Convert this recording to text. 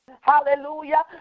Hallelujah